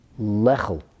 lechel